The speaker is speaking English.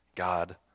God